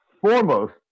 foremost